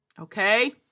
Okay